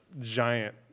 giant